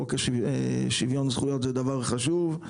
חוק שוויון זכויות זה דבר חשוב,